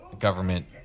government